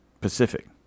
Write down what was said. Pacific